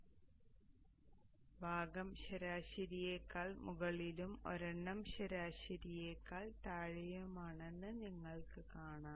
അതിനാൽ ഭാഗം ശരാശരിയേക്കാൾ മുകളിലും ഒരെണ്ണം ശരാശരിയേക്കാൾ താഴെയുമാണെന്ന് നിങ്ങൾ കാണുന്നു